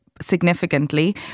significantly